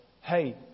Hey